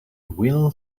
will